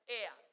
air